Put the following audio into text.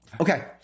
Okay